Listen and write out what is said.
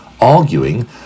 arguing